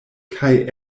kaj